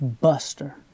Buster